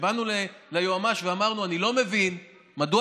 באנו ליועמ"ש ואמרנו: אני לא מבין מדוע